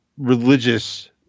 religious